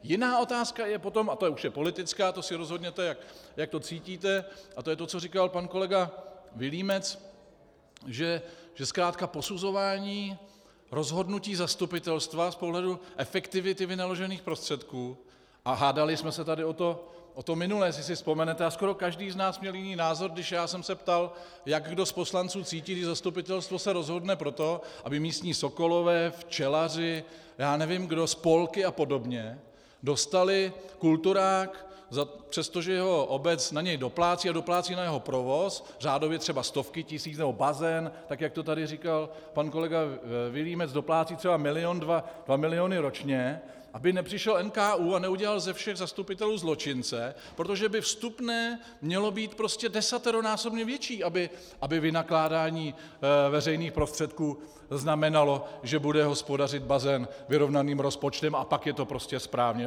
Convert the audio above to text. Jiná otázka je potom, a to už je politická, to si rozhodněte, jak to cítíte, a to je to, co říkal pan kolega Vilímec, že zkrátka posuzování rozhodnutí zastupitelstva z pohledu efektivity vynaložených prostředků, a hádali jsme se tady o to minule, jestli si vzpomenete, a skoro každý z nás měl jiný názor, když jsem se ptal, jak kdo z poslanců cítí, když se zastupitelstvo rozhodne pro to, aby místní sokolové, včelaři, já nevím kdo, spolky a podobně dostali kulturák, přestože jeho obec na něj doplácí a doplácí na jeho provoz řádově stovky tisíc, nebo bazén, jak to tady říkal pan kolega Vilímec, doplácí třeba milion, dva miliony ročně, aby nepřišel NKÚ a neudělal ze všech zastupitelů zločince, protože by vstupné mělo být prostě desateronásobně větší, aby vynakládání veřejných prostředků znamenalo, že bude bazén hospodařit vyrovnaným rozpočtem, a pak je to prostě správně.